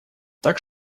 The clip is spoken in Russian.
так